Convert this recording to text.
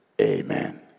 amen